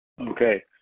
Okay